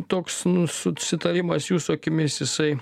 toks susitarimas jūsų akimis jisai